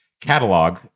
Catalog